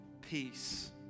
peace